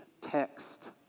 text